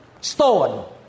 stone